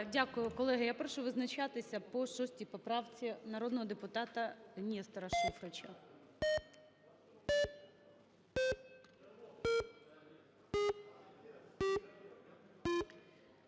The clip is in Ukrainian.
Дякую. Колеги, я прошу визначатися по 6 поправці народного депутата Нестора Шуфрича.